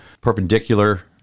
perpendicular